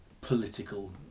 political